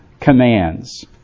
commands